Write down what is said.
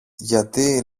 γιατί